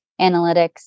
analytics